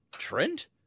Trent